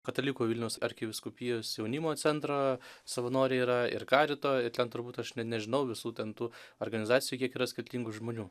katalikų vilniaus arkivyskupijos jaunimo centro savanoriai yra ir karito ir ten turbūt aš net nežinau visų ten tų organizacijų kiek yra skirtingų žmonių